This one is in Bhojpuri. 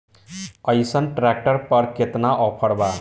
अइसन ट्रैक्टर पर केतना ऑफर बा?